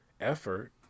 effort